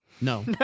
No